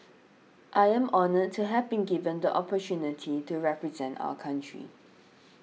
I am honoured to have been given the opportunity to represent our country